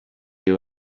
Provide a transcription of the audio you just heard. you